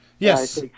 Yes